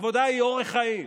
עבודה היא אורח חיים.